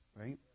right